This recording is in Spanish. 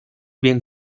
bien